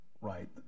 right